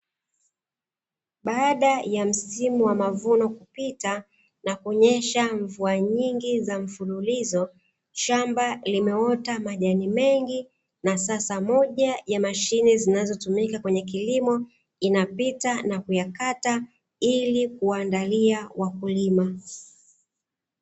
Baada ya msimu wa mavuno kupita na kunyesha mvua nyingi za mfululizo, shamba limeota majani mengi na sasa moja ya mashine zinazotumika kwenye kilimo inapita na kuyakata ili kuwaandalia wakulima.